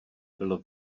bylo